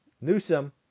Newsom